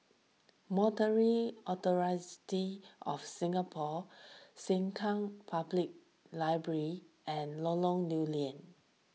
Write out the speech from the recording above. Monetary Authority of Singapore Sengkang Public Library and Lorong Lew Lian